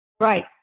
Right